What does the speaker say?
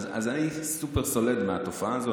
אז אני סופר סולד מהתופעה הזאת.